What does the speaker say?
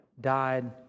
died